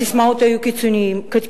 הססמאות היו קיצוניות,